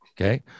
Okay